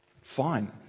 Fine